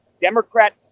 Democrat